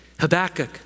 Habakkuk